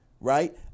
Right